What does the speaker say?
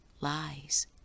lies